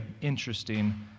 interesting